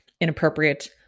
inappropriate